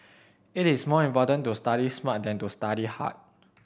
it is more important to study smart than to study hard